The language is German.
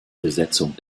besetzung